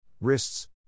wrists